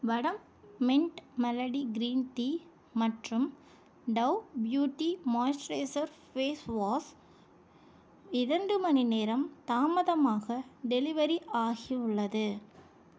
வடம் mint melody green tea மற்றும் Dove beauty moisturiser face wash இரண்டு மணிநேரம் தாமதமாக டெலிவரி ஆகி உள்ளது